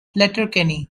letterkenny